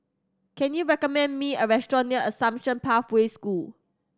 can you recommend me a restaurant near Assumption Pathway School